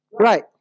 Right